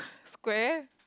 square